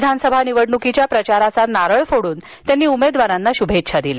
विधानसभा निवडण्कीच्या प्रचाराचा नारळ फोड्न त्यांनी उमेदवारांना श्भेच्छा दिल्या